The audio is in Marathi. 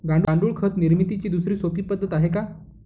गांडूळ खत निर्मितीची दुसरी सोपी पद्धत आहे का?